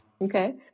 Okay